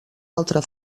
altre